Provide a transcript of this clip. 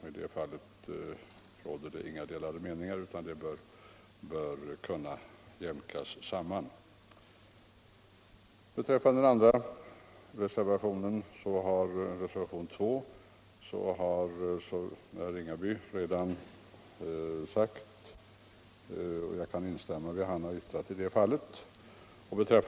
I det fallet råder det inga delade meningar.